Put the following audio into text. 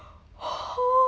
!whoa!